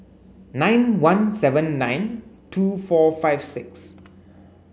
nine one seven nine two four five six